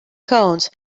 cones